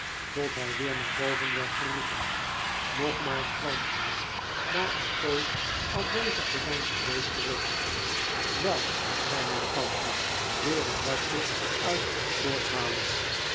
tot hij weer naar boven werd geroepen nogmaals kwam hij na een poos afwezig te zijn geweest terug wel zei mijn tante weer het watje uit haar oor halend